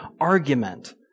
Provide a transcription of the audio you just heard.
argument